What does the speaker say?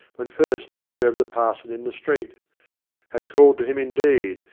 when first he observed the parson in the street had called to him, indeed,